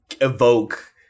evoke